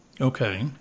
Okay